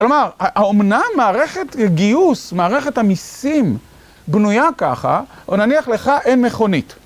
כלומר, האמנם מערכת הגיוס, מערכת המסים, בנויה ככה, או נניח לך אין מכונית.